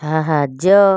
ସାହାଯ୍ୟ